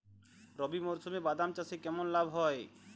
রবি মরশুমে বাদাম চাষে কেমন লাভ হয়?